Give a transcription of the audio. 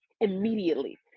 immediately